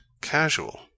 casual